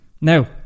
now